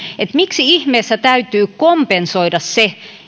eli miksi ihmeessä täytyy kompensoida se